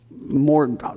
More